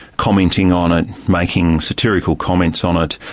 commenting on it, making satirical comments on it,